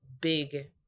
big